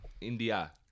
India